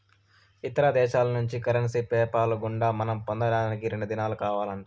ఇతర దేశాల్నుంచి currency PayPal గుండా మనం పొందేదానికి రెండు దినాలు కావాలంట